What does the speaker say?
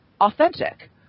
authentic